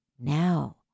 now